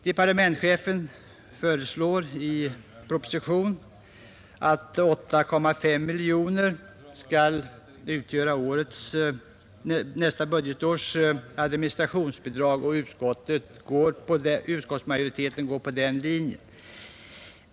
Departementschefen föreslår i propositionen att för nästa budgetår skall utgå 8,5 miljoner kronor i administrationsbidrag, och utskottsmajoriteten godtar den linjen.